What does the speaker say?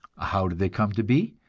how do they come to be?